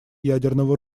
ядерного